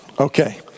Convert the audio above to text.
Okay